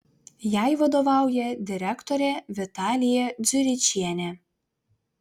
jai vadovauja direktorė vitalija dziuričienė